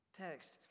text